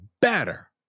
better